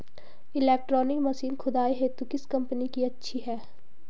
Electronic machine खुदाई हेतु किस कंपनी की अच्छी है?